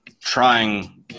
trying